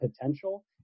potential